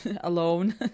alone